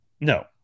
No